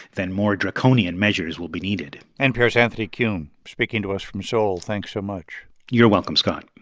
then more draconian measures will be needed npr's anthony kuhn speaking to us from seoul thanks so much you're welcome, scott